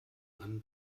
einen